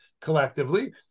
collectively